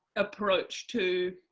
approach to,